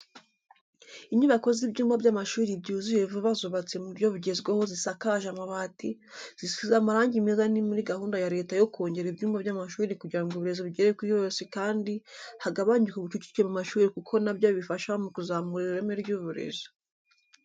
Inyubako z'ibyumba by'amashuri byuzuye vuba zubatse mu buryo bugezweho zisakaje amabati, zisize amarangi meza ni muri gahunda ya leta yo kongera ibyumba by'amashuri kugira ngo uburezi bugere kuri bose kandi hagabanyuke ubucucike mu mashuri kuko na byo bifasha mu kuzamura ireme ry'uburezi.